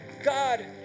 God